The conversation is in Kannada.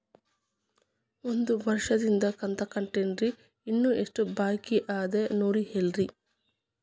ಒಂದು ವರ್ಷದಿಂದ ಕಂತ ಕಟ್ಟೇನ್ರಿ ಇನ್ನು ಎಷ್ಟ ಬಾಕಿ ಅದ ನೋಡಿ ಹೇಳ್ರಿ